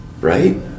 Right